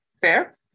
Fair